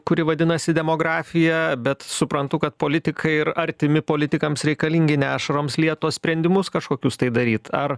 kuri vadinasi demografija bet suprantu kad politikai ir artimi politikams reikalingi ne ašaroms liet o sprendimus kažkokius tai daryt ar